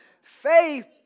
Faith